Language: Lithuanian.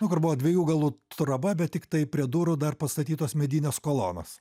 nu kur buvo dviejų galų troba bet tiktai prie durų dar pastatytos medinės kolonos